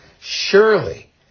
Surely